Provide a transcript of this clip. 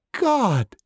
God